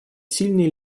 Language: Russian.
сильные